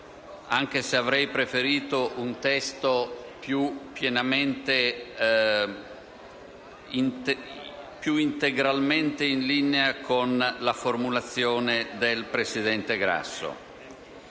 anche se avrei preferito un testo più integralmente in linea con la formulazione del presidente Grasso.